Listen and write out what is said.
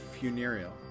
funereal